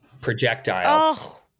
projectile